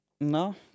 No